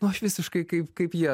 nu aš visiškai kaip kaip jie